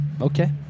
Okay